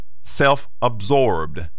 self-absorbed